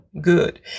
good